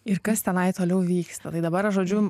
ir kas tenai toliau vyksta tai dabar žodžiu